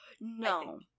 no